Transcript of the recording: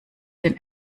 den